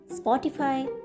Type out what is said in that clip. Spotify